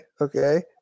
Okay